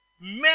men